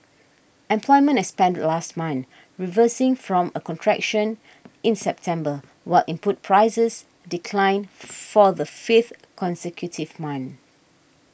employment expanded last month reversing from a contraction in September while input prices declined for the fifth consecutive month